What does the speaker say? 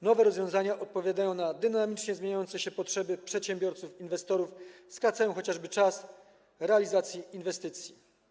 Nowe rozwiązania odpowiadają na dynamicznie zmieniające się potrzeby przedsiębiorców i inwestorów, skracają chociażby czas realizacji inwestycji.